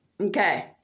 okay